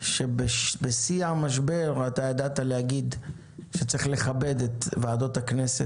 שבשיא המשבר ידעת לומר שצריך לכבד את ועדות הכנסת